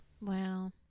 Wow